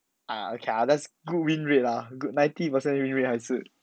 ah okay lah that's good win rate lah good ninety percent rate rate 还是